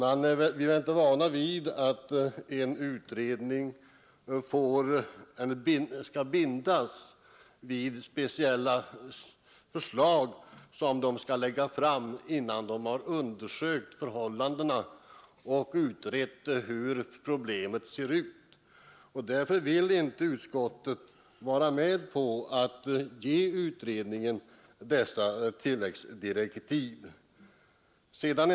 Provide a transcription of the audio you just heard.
Vi är inte vana vid att en utredning skall bindas vid att lägga fram speciella förslag innan den har undersökt förhållandena och utrett hur problemet ser ut, och därför vill inte utskottet vara med om att ge utredningen dessa tilläggsdirektiv.